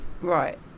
Right